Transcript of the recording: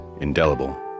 Indelible